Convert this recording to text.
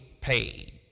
paid